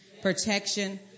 protection